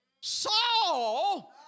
Saul